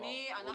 אדוני,